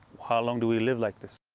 how long do we live like this?